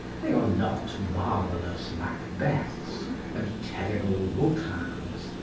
they are not marvellous macbeths and terrible vautrins.